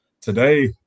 today